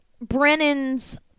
Brennan's